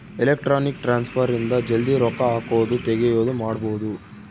electronic transfer ಇಂದ ಜಲ್ದೀ ರೊಕ್ಕ ಹಾಕೋದು ತೆಗಿಯೋದು ಮಾಡ್ಬೋದು